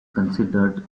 considered